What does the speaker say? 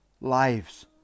lives